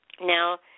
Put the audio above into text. now